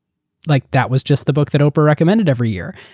like that was just the book that oprah recommended every year.